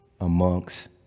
amongst